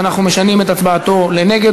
ואנחנו משנים את הצבעתו לנגד,